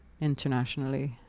internationally